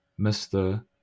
Mr